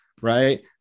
right